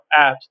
apps